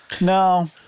No